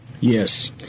Yes